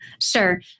Sure